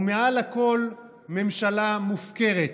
ומעל הכול ממשלה מופקרת,